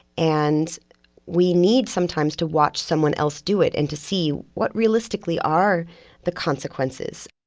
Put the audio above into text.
and we need sometimes to watch someone else do it and to see what, realistically, are the consequences?